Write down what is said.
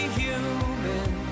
human